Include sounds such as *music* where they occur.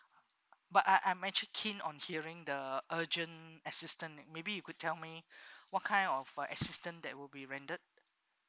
but I I'm actually keen on hearing the urgent assistant maybe you could tell me *breath* what kind of uh assistant that would be rendered